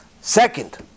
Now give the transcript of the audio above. Second